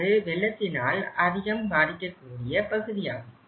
அது வெள்ளத்தினால் அதிகம் பாதிக்கக்கூடியது பகுதியாகும்